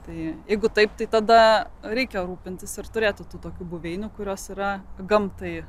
tai jeigu taip tai tada reikia rūpintis ir turėtų tokių buveinių kurios yra gamtai